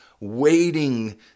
waiting